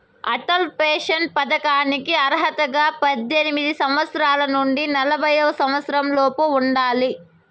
Atal pension పథకానికి అర్హతగా పద్దెనిమిది సంవత్సరాల నుండి నలభై సంవత్సరాలలోపు ఉండాలి